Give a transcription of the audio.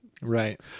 Right